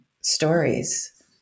stories